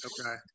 Okay